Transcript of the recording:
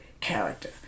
character